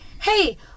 hey